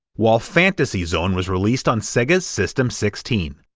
while fantasy zone was released on sega's system sixteen,